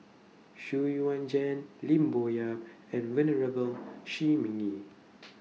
Xu Yuan Zhen Lim Bo Yam and Venerable Shi Ming Yi